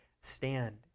stand